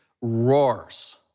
roars